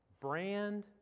brand